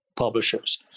Publishers